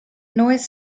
noise